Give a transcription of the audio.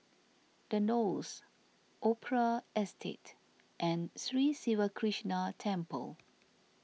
the Knolls Opera Estate and Sri Siva Krishna Temple